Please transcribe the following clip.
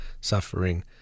suffering